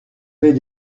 fait